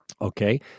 Okay